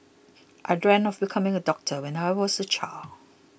I dreamt of becoming a doctor when I was a child